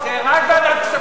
רק בוועדת הכספים.